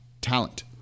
Talent